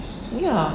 ya